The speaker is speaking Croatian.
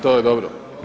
To je dobro.